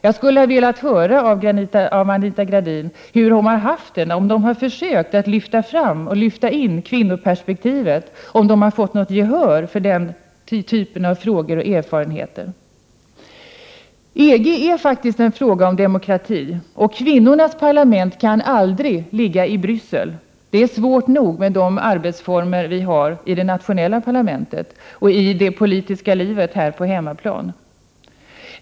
Jag skulle ha velat höra av Anita Gradin hur de har haft det och om de har försökt att lyfta fram kvinnoperspektivet. Jag skulle vilja veta om det har gått att få gehör för den typen av frågor och erfarenheter. EG är faktiskt en fråga om demokrati. Kvinnornas parlament kan aldrig ligga i Bryssel! Det är svårt nog med de arbetsformer vi har i det nationella parlamentet och i det politiska livet på hemmaplan.